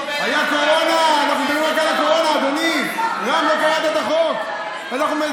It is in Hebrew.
בואו איתנו, ביחד נעביר את החוק הזה.